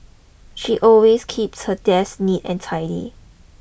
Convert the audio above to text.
she always keeps her desk neat and tidy